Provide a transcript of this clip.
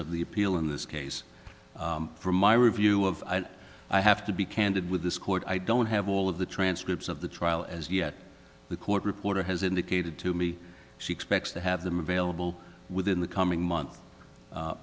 of the appeal in this case for my review of i have to be candid with this court i don't have all of the transcripts of the trial as yet the court reporter has indicated to me she expects to have them available within the coming month